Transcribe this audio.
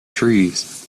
trees